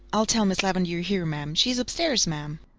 i'll tell miss lavendar you're here, ma'am. she's upstairs, ma'am.